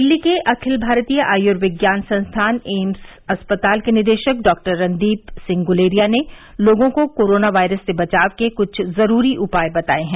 दिल्ली के अखिल भारतीय आयूर्विज्ञान संस्थान एम्स अस्पताल के निदेशक डॉक्टर रणदीप सिंह गुलेरिया ने लोगों को कोरोना वायरस से बचाव के कुछ जरूरी उपाय बताए हैं